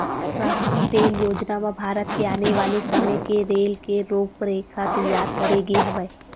रास्टीय रेल योजना म भारत के आने वाले समे के रेल के रूपरेखा तइयार करे गे हवय